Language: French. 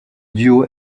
duo